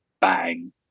Bang